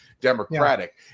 Democratic